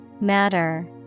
Matter